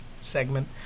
segment